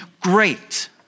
great